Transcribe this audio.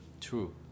True